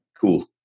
cool